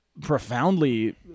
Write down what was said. profoundly